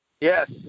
Yes